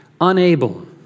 Unable